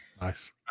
nice